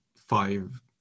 five